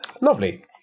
lovely